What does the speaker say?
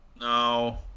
No